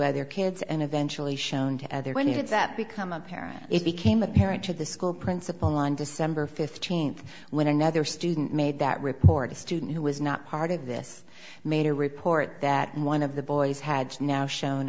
other kids and eventually shown to other when you did that become apparent it became apparent to the school principal on december fifteenth when another student made that report a student who was not part of this made a report that one of the boys had now shown